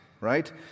right